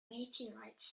meteorites